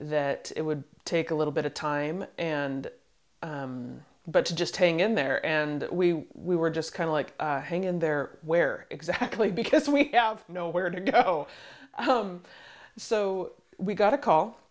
that it would take a little bit of time and but to just hang in there and we we were just kind of like hang in there where exactly because we have nowhere to go so we got a call